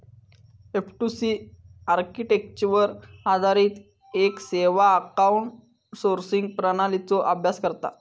F two C आर्किटेक्चरवर आधारित येक सेवा आउटसोर्सिंग प्रणालीचो अभ्यास करता